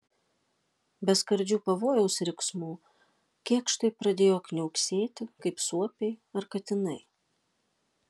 be skardžių pavojaus riksmų kėkštai pradėjo kniauksėti kaip suopiai ar katinai